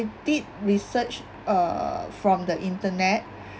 I did research uh from the internet